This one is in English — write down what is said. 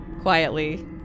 quietly